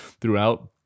throughout